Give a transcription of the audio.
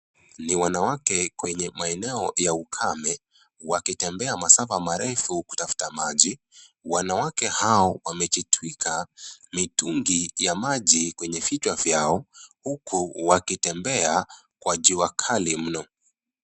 Ni wanawake kwenye maeneo ya ukame. Wakitembea masafa marefu kutafuta maji. Wanawake hao wamejitwika mitungi ya maji kwenye vichwa vyao huku wakitembea kwa jua kali mno.